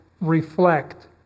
reflect